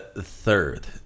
Third